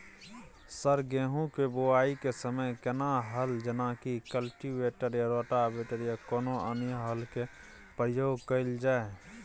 Sir गेहूं के बुआई के समय केना हल जेनाकी कल्टिवेटर आ रोटावेटर या कोनो अन्य हल के प्रयोग कैल जाए?